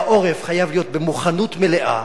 והעורף חייב להיות במוכנות מלאה?